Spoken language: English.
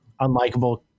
unlikable